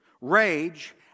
rage